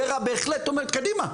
ורה אומרת קדימה,